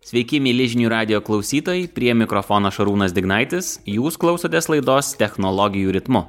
sveiki mieli žinių radijo klausytojai prie mikrofono šarūnas dignaitis jūs klausotės laidos technologijų ritmu